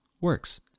works